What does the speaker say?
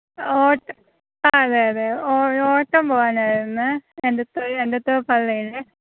അതെ അതെ ഓട്ടം പോവാനായിരുന്നേ എടത്ത്വ എടത്ത്വ പള്ളിയിൽ